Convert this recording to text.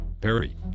Perry